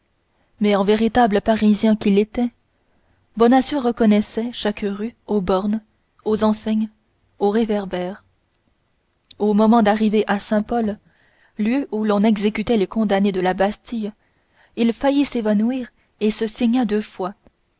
mais en véritable parisien qu'il était bonacieux reconnaissait chaque rue aux bornes aux enseignes aux réverbères au moment d'arriver à saint-paul lieu où l'on exécutait les condamnés de la bastille il faillit s'évanouir et se signa deux fois